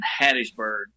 hattiesburg